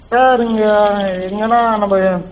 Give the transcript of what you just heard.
sir இங்கே இங்கேன்னா நம்ம